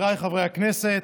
חבריי חברי הכנסת,